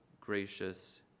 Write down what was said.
gracious